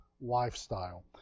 lifestyle